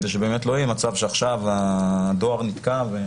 כדי שבאמת לא יהיה מצב שהדואר נתקע.